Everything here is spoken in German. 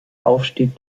aufstieg